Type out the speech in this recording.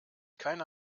keine